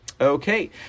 Okay